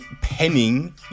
Penning